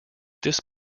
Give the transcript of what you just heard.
this